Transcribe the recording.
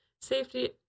Safety